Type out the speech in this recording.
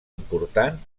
important